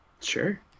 Sure